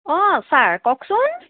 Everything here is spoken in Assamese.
অঁ ছাৰ কওকচোন